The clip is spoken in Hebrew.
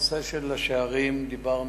הנושא של השערים, דיברנו.